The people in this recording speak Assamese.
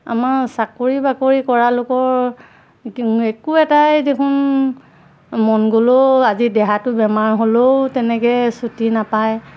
আমাৰ চাকৰি বাকৰি কৰা লোকৰ একো এটাই দেখোন মন গ'লেও আজি দেহাটো বেমাৰ হ'লেও তেনেকৈ ছুটি নাপায়